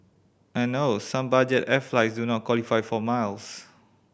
and oh some budget air flights do not qualify for miles